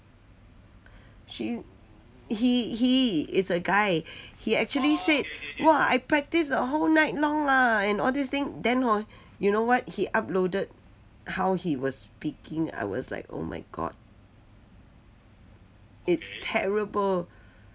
she he he is a guy he actually said !wah! I practice the whole night long lah and all these thing then hor you know what he uploaded how he was speaking I was like oh my god it's terrible